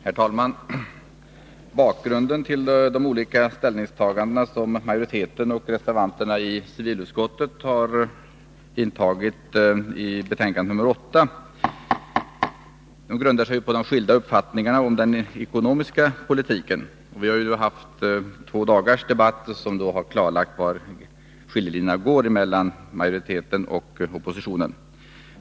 Herr talman! De olika ställningstaganden som utskottsmajoriteten och reservanterna har intagit och som kommit till uttryck i civilutskottets betänkande nr 8 grundar sig på skilda uppfattningar om den ekonomiska politiken. Vi har ju haft två dagars debatt som har klarlagt var skiljelinjerna går mellan majoriteten och oppositionen.